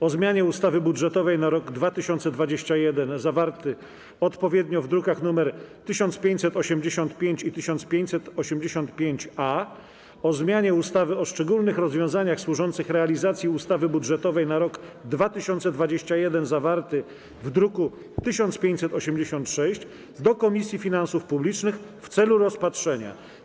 o zmianie ustawy budżetowej na rok 2021, zawarty odpowiednio w drukach nr 1585 i 1585-A, o zmianie ustawy o szczególnych rozwiązaniach służących realizacji ustawy budżetowej na rok 2021, zawarty w druku nr 1586, do Komisji Finansów Publicznych w celu rozpatrzenia.